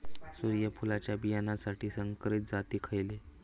सूर्यफुलाच्या बियानासाठी संकरित जाती खयले?